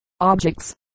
objects